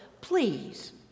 please